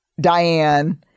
Diane